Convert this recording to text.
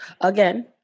again